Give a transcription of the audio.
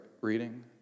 reading